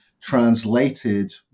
translated